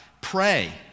Pray